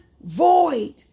void